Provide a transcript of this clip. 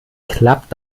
klappt